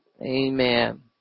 amen